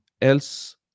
else